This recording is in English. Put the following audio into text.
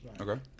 Okay